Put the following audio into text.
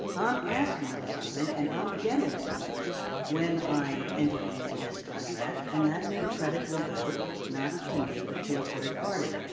i'm asking for something and i'm getting something when i enter into this contract, and that's the credit will go not to me, but to a third party.